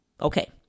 Okay